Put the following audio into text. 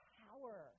power